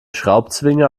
schraubzwinge